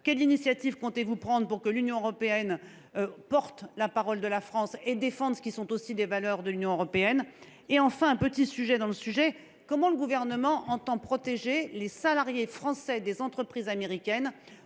Quelle initiative comptez vous prendre pour que l’Union européenne porte la parole de la France et défende des valeurs qui sont aussi les siennes ? Pour conclure par un sujet dans le sujet, comment le Gouvernement entend il protéger les salariés français des entreprises américaines